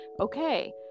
okay